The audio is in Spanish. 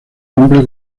cumple